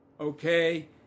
okay